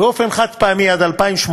באופן חד-פעמי, עד 2018,